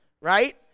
Right